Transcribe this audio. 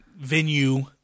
venue